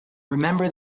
remember